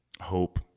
hope